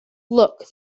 look